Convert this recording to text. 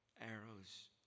arrows